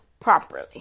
properly